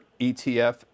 ETF